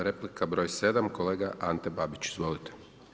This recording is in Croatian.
Replika br. 7. Kolega Ante Babić, izvolite.